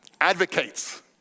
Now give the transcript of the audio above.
Advocates